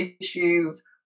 issues